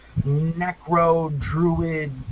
necro-druid